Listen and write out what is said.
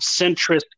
centrist